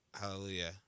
hallelujah